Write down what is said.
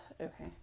okay